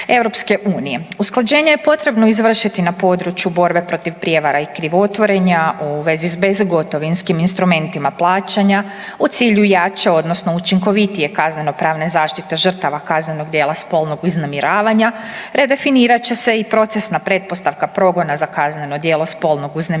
Usklađenje je potrebno izvršiti na području borbe protiv prijevara i krivotvorenja u vezi s bezgotovinskim instrumentima plaćanja u cilju jače odnosno učinkovitije kaznenopravne zaštite žrtava kaznenog djela spolnog uznemiravanja, redefinirat će se i procesna pretpostavka progona za kazneno djelo spolnog uznemiravanja